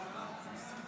הצעת